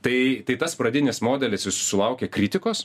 tai tai tas pradinis modelis jisai sulaukė kritikos